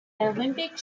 olympic